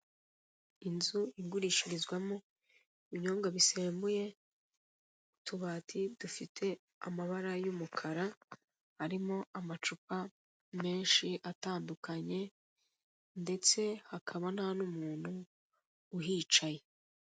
Inzu igurishirizwamo inbinyobwa bisembuye, utubati dufite amabara y'umukara harimo amacupa menshi atandukanye ndetse hakaba nta n'umuntu uhicaye.